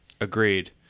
Agreed